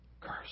cursed